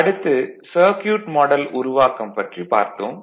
அடுத்து circuit model உருவாக்கம் பற்றி பார்த்தோம்